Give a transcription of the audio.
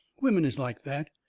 women is like that.